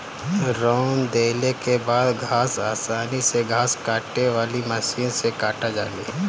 रौंद देले के बाद घास आसानी से घास काटे वाली मशीन से काटा जाले